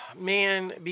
man